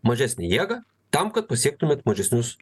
mažesnę jėgą tam kad pasiektumėt mažesnius